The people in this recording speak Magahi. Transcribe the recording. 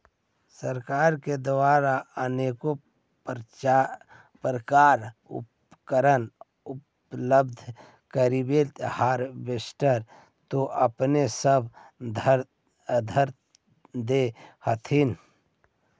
सरकार के द्वारा अनेको प्रकार उपकरण उपलब्ध करिले हारबेसटर तो अपने सब धरदे हखिन?